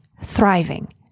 thriving